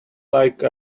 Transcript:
like